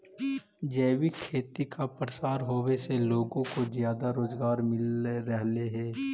जैविक खेती का प्रसार होवे से लोगों को ज्यादा रोजगार मिल रहलई हे